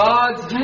God's